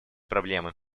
проблемы